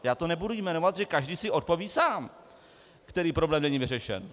Já to nebudu jmenovat, protože každý si odpoví sám, který problém není vyřešen.